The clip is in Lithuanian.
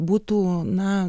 būtų na